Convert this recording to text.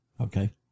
Okay